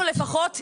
אני